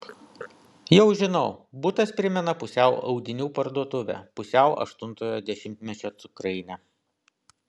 jau žinau butas primena pusiau audinių parduotuvę pusiau aštuntojo dešimtmečio cukrainę